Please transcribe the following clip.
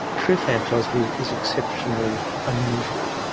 true phantosmia is exceptionally unusual.